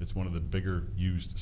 it's one of the bigger used